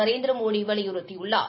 நரேந்திரமோடி வலியுறுத்தியுள்ளார்